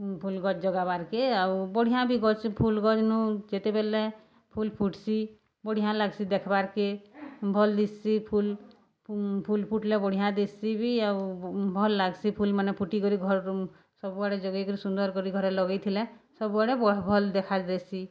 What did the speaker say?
ଫୁଲ୍ ଗଛ୍ ଜଗାବାର୍କେ ଆଉ ବଢ଼ିଆଁ ବି ଗଛ୍ ଫୁଲ୍ ଗଛ୍ନୁ ଯେତେବେଲେ ଫୁଲ୍ ଫୁଟ୍ସି ବଢ଼ିଆଁ ଲାଗ୍ସି ଦେଖ୍ବାର୍କେ ଭଲ୍ ଦିଶ୍ସି ଫୁଲ୍ ଫୁଲ୍ ଫୁଟ୍ଲେ ବଢ଼ିଆଁ ଦେଶି ବି ଆଉ ଭଲ୍ ଲାଗ୍ସି ଫୁଲ୍ମାନେ ଫୁଟିକରି ଘର୍ ସବୁଆଡ଼େ ଯୋଗେଇକରି ସୁନ୍ଦର୍ କରି ଘରେ ଲଗେଇଥିଲା ସବୁଆଡ଼େ ଭଲ୍ ଦେଖାଦେସି